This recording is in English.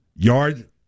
Yard